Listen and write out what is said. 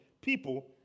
people